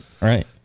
right